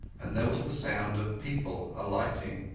and there was the sound of people alighting.